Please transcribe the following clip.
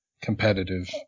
competitive